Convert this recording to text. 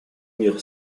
мир